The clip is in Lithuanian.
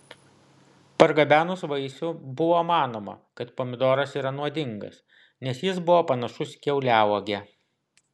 pargabenus vaisių buvo manoma kad pomidoras yra nuodingas nes jis buvo panašus į kiauliauogę